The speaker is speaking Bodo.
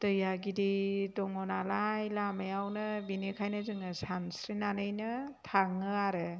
दैया गिदिर दङ नालाय लामायावनो बेनिखायनो जोङो सानस्रिनानैनो थाङो आरो